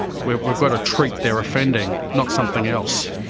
we've we've got to treat their offending, not something else.